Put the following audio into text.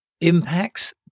impacts